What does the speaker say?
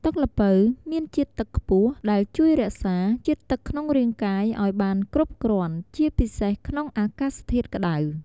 ទឹកល្ពៅមានជាតិទឹកខ្ពស់ ដែលជួយរក្សា ជាតិទឹកក្នុងរាងកាយ ឲ្យបានគ្រប់គ្រាន់ ជាពិសេសក្នុងអាកាសធាតុក្តៅ។